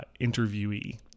interviewee